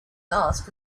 ask